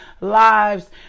lives